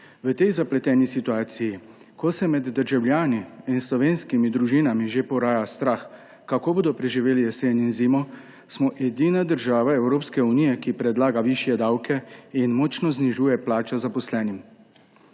V tej zapleteni situaciji, ko se med državljani in slovenskimi družinami že poraja strah, kako bodo preživeli jesen in zimo, smo edina država Evropske unije, ki predlaga višje davke in močno znižuje plače zaposlenim.